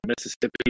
Mississippi